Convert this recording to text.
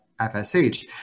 FSH